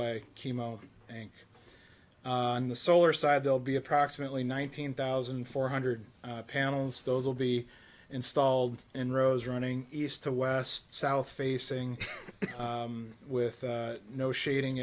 by chemo and on the solar side they'll be approximately nineteen thousand four hundred panels those will be installed in rows running east to west south facing with no shading